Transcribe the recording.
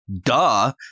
duh